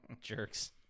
jerks